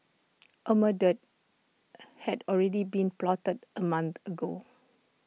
A murder had already been plotted A month ago